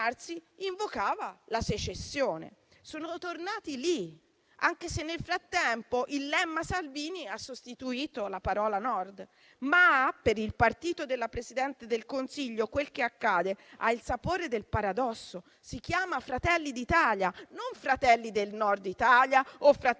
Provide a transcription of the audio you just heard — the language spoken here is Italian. invocava la secessione. Sono tornati lì, anche se, nel frattempo, il lemma Salvini ha sostituito la parola Nord. Per il partito del Presidente del Consiglio, però, quel che accade ha il sapore del paradosso. Il partito si chiama Fratelli d'Italia, non Fratelli del Nord Italia o Fratelli